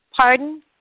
Pardon